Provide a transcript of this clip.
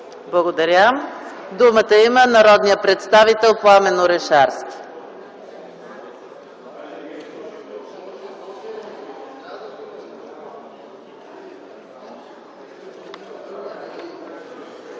Благодаря. Думата има народният представител Пламен Орешарски.